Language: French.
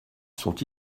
sont